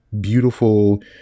beautiful